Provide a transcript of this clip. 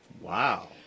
Wow